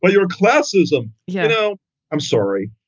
but your classism. yeah. you know i'm sorry.